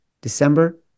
December